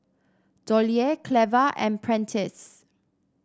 Dollye Cleva and Prentice